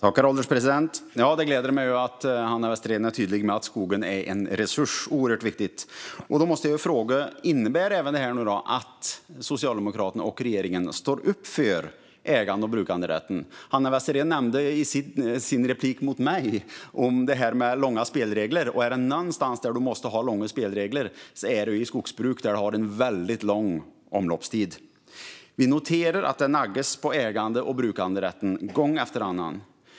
Herr ålderspresident! Det gläder mig att Hanna Westerén är tydlig med att skogen är en resurs. Det är oerhört viktigt. Innebär det även att Socialdemokraterna och regeringen står upp för ägande och brukanderätten? Hanna Westerén nämnde i sin replik på mitt anförande långa spelregler, och om det är någonstans där du måste ha långa spelregler så är det i skogsbruket där det råder mycket lång omloppstid. Vi noterar att det naggas på ägande och brukanderätten gång efter annan.